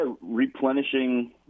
replenishing